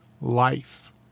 life